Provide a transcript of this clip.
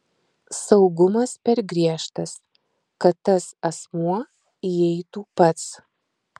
saugumas per griežtas kad tas asmuo įeitų pats